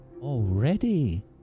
already